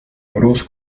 bruce